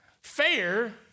Fair